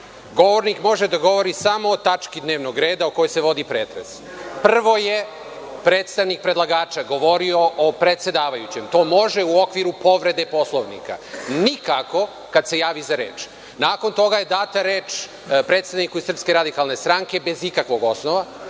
govornik može da govori samo o tački dnevnog reda o kojoj se vodi pretres. Prvo je predstavnik predlagača govorio o predsedavajućem. To može u okviru povrede Poslovnika, nikako kada se javi za reč. Nakon toga je data reč predsedniku iz SRS bez ikakvog osnova.